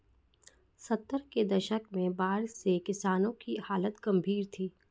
सत्तर के दशक में बाढ़ से किसानों की हालत गंभीर थी